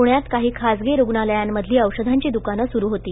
पु यात काही खासगी णालयांमधली औषधांची दुकानं सू होती